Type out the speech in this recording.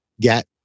get